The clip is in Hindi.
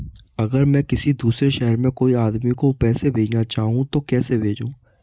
अगर मैं किसी दूसरे शहर में कोई आदमी को पैसे भेजना चाहूँ तो कैसे भेजूँ?